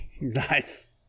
Nice